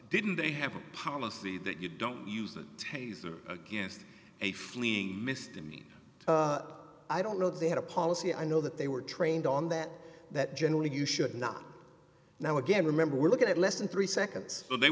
didn't they have a policy that you don't use a taser against a fleeing mr mean i don't know if they had a policy i know that they were trained on that that generally you should not now again remember we're looking at less than three seconds but they